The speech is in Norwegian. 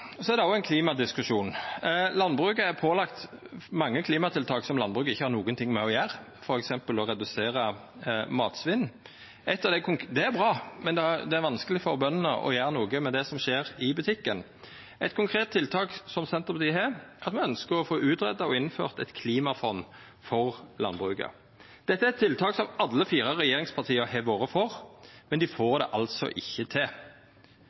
er det òg ein klimadiskusjon. Landbruket er pålagt mange klimatiltak som landbruket ikkje har noko med å gjera, f.eks. å redusera matsvinn. Det er bra, men det er vanskeleg for bøndene å gjera noko med det som skjer i butikken. Eit konkret tiltak som Senterpartiet har, er at me ønskjer å få greidd ut og innført eit klimafond for landbruket. Dette er eit tiltak som alle fire regjeringspartia har vore for, men dei får det altså ikkje til.